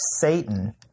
Satan